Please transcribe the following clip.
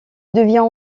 devient